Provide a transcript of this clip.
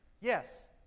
Yes